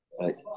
right